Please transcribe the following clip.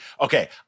Okay